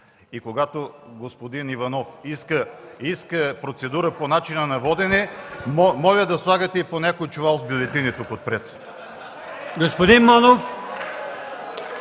и когато господин Иванов иска процедура по начина на водене, моля да слагате и по някой чувал с бюлетини тук отпред.